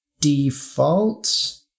default